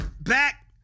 back